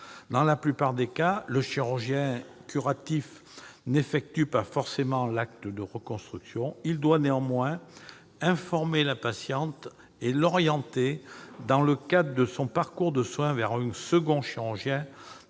Dans la plupart des cas, le chirurgien curatif n'effectue pas forcément l'acte de reconstruction ; il doit néanmoins informer la patiente et l'orienter dans le cadre de son parcours de soin vers un second chirurgien